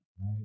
right